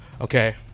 Okay